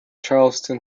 charleston